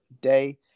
day